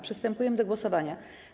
Przystępujemy do głosowania.